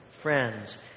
friends